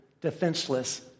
defenseless